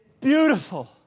beautiful